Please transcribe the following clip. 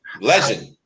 Legend